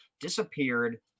disappeared